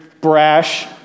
brash